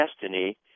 Destiny